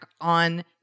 on